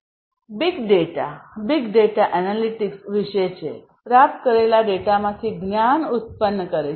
big data big data analytics વિશે છે પ્રાપ્ત કરેલા ડેટામાંથી જ્ઞાન ઉત્પન્ન કરે છે